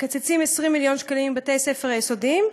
מקצצים 20 מיליון שקלים בבתי-הספר היסודיים,